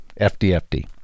FDFD